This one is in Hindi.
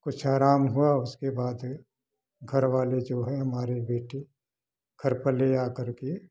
कुछ आराम हुआ उसके बाद घर वाले जो हैं हमारे बेटी घर पर ले आकर के